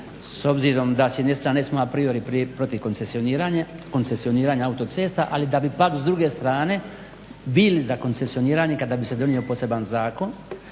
s obzirom da s jedne strane smo a priori protiv koncesioniranja autocesta, ali da bi pak s druge strane bili za koncesioniranje kada bi se donio poseban zakon.